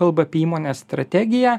kalba apie įmonės strategiją